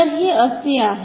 तर हे असे आहे